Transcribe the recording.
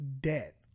debt